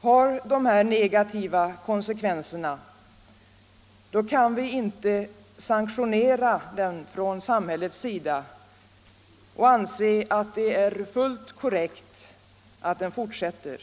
har dessa negativa konsekvenser kan vi inte sanktionera den från samhällets sida och anse att det är fullt korrekt att den fortsätter.